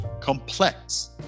complex